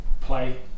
play